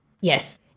Yes